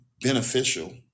beneficial